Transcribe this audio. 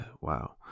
wow